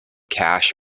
cash